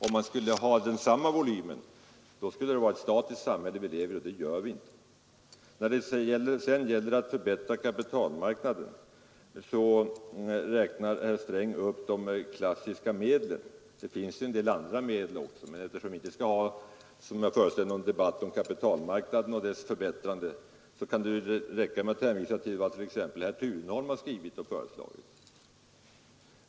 Om man skulle ha samma volym skulle det vara ett statiskt samhälle vi levde i, och det gör vi dessbättre inte. När det sedan gäller att förbättra kapitalmarknaden räknar herr Sträng upp de klassiska medlen. Det finns en del andra medel också, men eftersom vi, som jag föreställer mig, inte skall ha någon debatt om kapitalmarknaden och dess förbättrande kan det räcka med att hänvisa till vad t.ex. herr Thunholm har föreslagit.